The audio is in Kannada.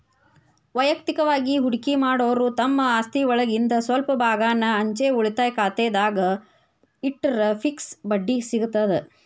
ವಯಕ್ತಿಕವಾಗಿ ಹೂಡಕಿ ಮಾಡೋರು ತಮ್ಮ ಆಸ್ತಿಒಳಗಿಂದ್ ಸ್ವಲ್ಪ ಭಾಗಾನ ಅಂಚೆ ಉಳಿತಾಯ ಖಾತೆದಾಗ ಇಟ್ಟರ ಫಿಕ್ಸ್ ಬಡ್ಡಿ ಸಿಗತದ